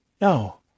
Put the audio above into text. No